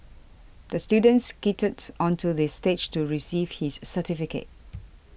the student skated onto the stage to receive his certificate